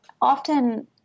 often